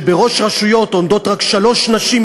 שבראש רשויות עומדות רק שלוש נשים,